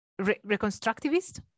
Reconstructivist